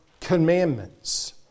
commandments